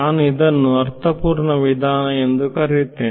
ನಾನು ಇದನ್ನು ಅರ್ಥಪೂರ್ಣ ವಿಧಾನ ಎ0ದು ಕರೆಯುತ್ತೇನೆ